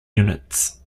units